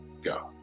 go